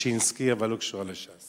ש"סשינסקי, אבל לא קשורה לש"ס.